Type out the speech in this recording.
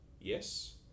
Yes